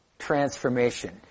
transformation